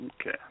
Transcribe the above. Okay